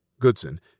Goodson